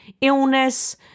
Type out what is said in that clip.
illness